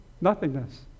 nothingness